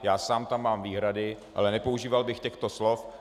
Já sám tam mám výhrady, ale nepoužíval bych těchto slov.